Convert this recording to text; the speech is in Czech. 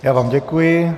Já vám děkuji.